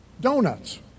donuts